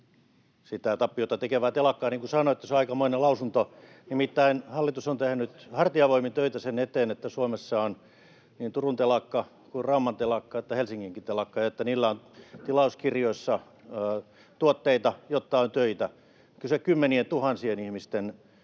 sitä tappiota tekevää telakkaa, niin kuin sanoitte? Se on aikamoinen lausunto, nimittäin hallitus on tehnyt hartiavoimin töitä sen eteen, että Suomessa on niin Turun telakka, Rauman telakka kuin Helsinginkin telakka ja että niillä on tilauskirjoissa tuotteita, jotta on töitä. Kyse on kymmenientuhansien ihmisten